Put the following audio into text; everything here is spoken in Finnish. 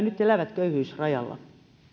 nyt elävät köyhyysrajalla